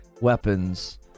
weapons